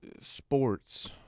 sports